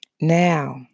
Now